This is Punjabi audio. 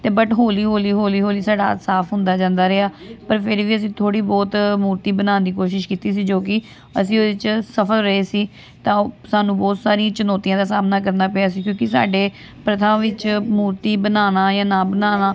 ਅਤੇ ਬਟ ਹੌਲੀ ਹੌਲੀ ਹੌਲੀ ਹੌਲੀ ਸਾਡਾ ਹੱਥ ਸਾਫ਼ ਹੁੰਦਾ ਜਾਂਦਾ ਰਿਹਾ ਪਰ ਫਿਰ ਵੀ ਅਸੀਂ ਥੋੜ੍ਹੀ ਬਹੁਤ ਮੂਰਤੀ ਬਣਾਉਣ ਦੀ ਕੋਸ਼ਿਸ਼ ਕੀਤੀ ਸੀ ਜੋ ਕਿ ਅਸੀਂ ਉਹਦੇ 'ਚ ਸਫ਼ਲ ਰਹੇ ਸੀ ਤਾਂ ਸਾਨੂੰ ਬਹੁਤ ਸਾਰੀਆਂ ਚੁਣੌਤੀਆਂ ਦਾ ਸਾਹਮਣਾ ਕਰਨਾ ਪਿਆ ਸੀ ਕਿਉਂਕਿ ਸਾਡੇ ਪ੍ਰਥਾ ਵਿੱਚ ਮੂਰਤੀ ਬਣਾਉਣਾ ਜਾਂ ਨਾ ਬਣਾਉਣਾ